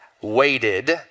waited